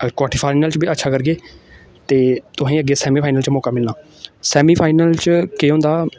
अगर क्वटरफाइनल च बी अच्छा करगे ते तुसेंगी अग्गें सेमीफाइनल च मौका मिलना सैमी फाइनल च केह् होंदा